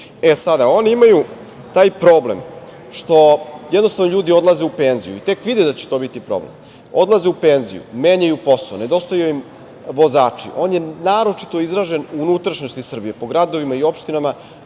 E kategorije. Oni imaju taj problem što jednostavno ljudi odlaze u penziju i tek vide da će to biti problem. Odlaze u penziju, menjaju posao, nedostaju im vozači. On je naročito izražen u unutrašnjosti Srbije, po gradovima i opštinama